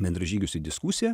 bendražygius į diskusiją